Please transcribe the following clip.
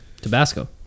Tabasco